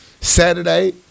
Saturday